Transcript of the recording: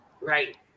Right